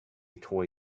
toy